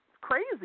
crazy